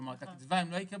כלומר את הקצבה הם לא יקבלו,